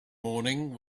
morning